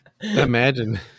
Imagine